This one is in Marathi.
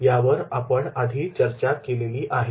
यावर आपण आधीच चर्चा केलेली आहे